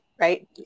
right